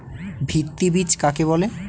ভিত্তি বীজ কাকে বলে?